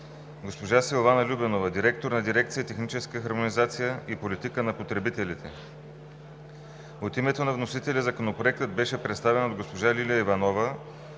госпожа Силвана Любенова – директор на дирекция „Техническа хармонизация и политика на потребителите“. От името на вносителя Законопроектът беше представен от госпожа Лилия Иванова,